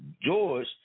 George